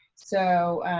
so